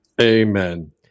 Amen